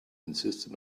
insisted